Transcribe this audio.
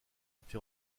été